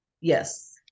yes